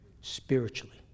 spiritually